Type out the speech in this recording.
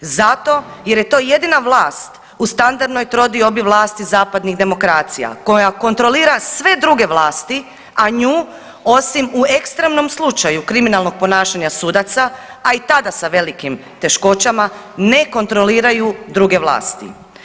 Zato jer je to jedina vlast u standardnoj trodiobi vlasti zapadnih demokracija koja kontrolira sve druge vlasti a nju osim u ekstremnom slučaju kriminalnog ponašanja sudaca a i tada sa velikim teškoćama, ne kontroliraju druge vlasti.